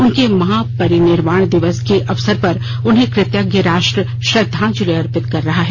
उनके महापरिनिर्वाण दिवस के अवसर पर उन्हें कृतज्ञ राश्ट्र श्रद्वांजलि अर्पित कर रहा है